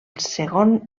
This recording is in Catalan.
segon